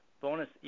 bonus